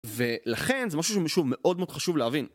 ולכן זה משהו שהוא מאוד חשוב להבין.